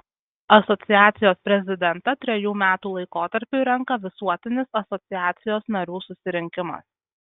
asociacijos prezidentą trejų metų laikotarpiui renka visuotinis asociacijos narių susirinkimas